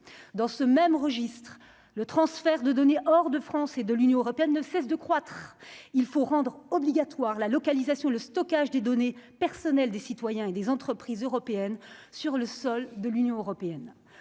dans ce même registre, le transfert de données hors de France et de l'Union européenne ne cesse de croître, il faut rendre obligatoire la localisation, le stockage des données personnelles des citoyens et des entreprises européennes sur le sol de l'Union européenne,